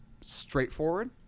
straightforward